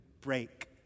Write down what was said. break